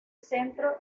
centro